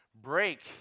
break